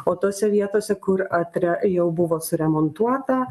o tose vietose kur atria jau buvo suremontuota